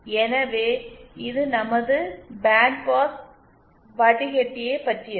எனவே இது நமது பேண்ட் பாஸ் வடிகட்டியை பற்றியது